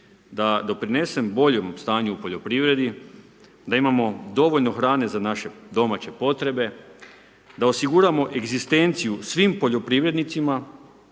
da doprinesem boljem stanju u poljoprivredi, da imamo dovoljno hrane za naše domaće potrebe, da osiguramo egzistenciju svim poljoprivrednicima